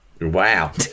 Wow